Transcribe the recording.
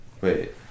Wait